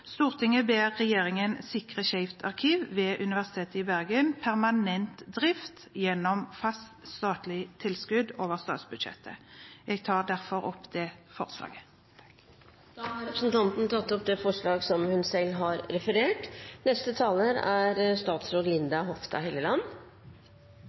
ber regjeringen sikre Skeivt arkiv ved Universitet i Bergen permanent drift gjennom fast statlig tilskudd over statsbudsjettet.» Jeg tar herved opp dette forslaget. Representanten Hege Haukeland Liadal har tatt opp det forslaget hun refererte. Neste taler er statsråd